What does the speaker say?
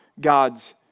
God's